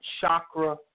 chakra